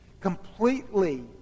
completely